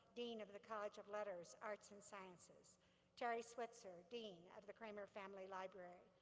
dean of the college of letters, arts, and sciences teri switzer, dean of the kraemer family library.